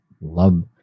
Love